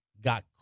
got